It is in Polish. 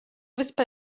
wyspa